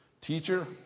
Teacher